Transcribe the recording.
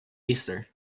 easter